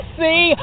see